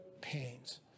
pains